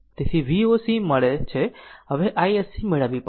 તેથી V o c મળે છે હવે iSC મેળવવી પડશે